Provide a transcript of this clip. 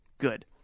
good